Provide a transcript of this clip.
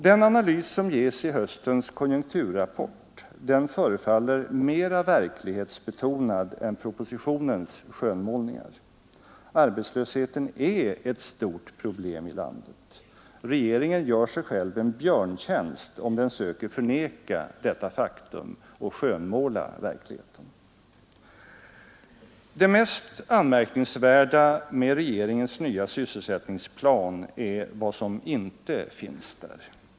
Den analys som ges i höstens konjunkturrapport förefaller mera verklighetsbetonad än propositionens skönmålningar. Arbetslösheten är ett stort problem i landet. Regeringen gör sig själv en björntjänst, om den söker förneka detta faktum och skönmåla verkligheten. Det mest anmärkningsvärda med regeringens nya sysselsättningsplan är vad som inte finns där.